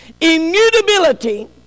Immutability